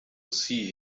see